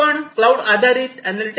आपण क्लाऊड आधारित अॅनालॅटिक्स वापरू शकतो